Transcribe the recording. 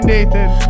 Nathan